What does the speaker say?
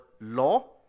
law